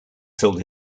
sold